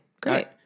great